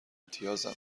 امتیازم